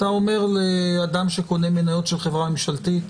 אתה אומר לאדם שקונה מניות של חברה ממשלתית,